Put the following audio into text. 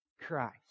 Christ